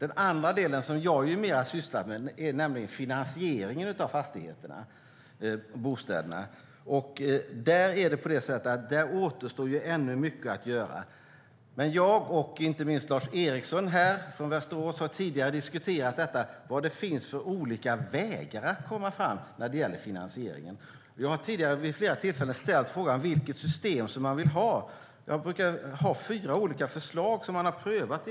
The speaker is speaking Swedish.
En annan del, som jag mer har sysslat med, är finansieringen av bostäderna. Där återstår ännu mycket att göra. Men jag och inte minst Lars Eriksson från Västerås har tidigare diskuterat vilka olika vägar det finns för att lösa detta med finansieringen. Jag har tidigare ställt frågan: Vilket system vill man ha? Jag brukar komma med fyra olika förslag som man kan pröva.